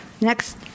Next